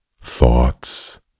Thoughts